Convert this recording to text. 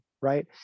Right